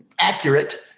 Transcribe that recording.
accurate